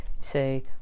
say